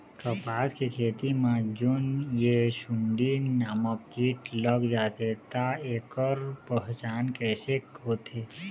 कपास के खेती मा जोन ये सुंडी नामक कीट लग जाथे ता ऐकर पहचान कैसे होथे?